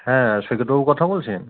হ্যাঁ সৈকতবাবু কথা বলছেন